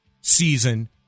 season